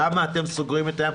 למה אתם סוגרים את הים?